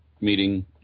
meeting